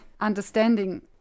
understanding